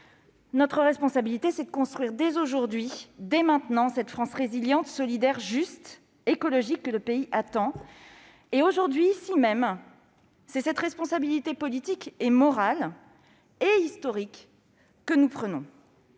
notre responsabilité de construire dès aujourd'hui, dès maintenant, cette France résiliente, solidaire, juste et écologique que le pays attend. Et aujourd'hui, ici même, c'est cette responsabilité politique, morale et historique que nous prenons.